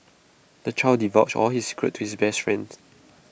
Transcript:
the child divulged all his secrets to his best friend